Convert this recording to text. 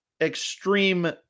extreme